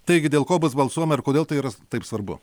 taigi dėl ko bus balsuojama ir kodėl tai yra taip svarbu